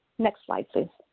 next slide. so